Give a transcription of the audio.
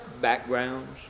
backgrounds